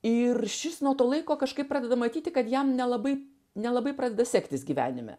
ir šis nuo to laiko kažkaip pradeda matyti kad jam nelabai nelabai pradeda sektis gyvenime